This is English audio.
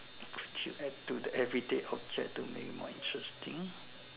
could you add to an everyday object to make more interesting